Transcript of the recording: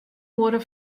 oere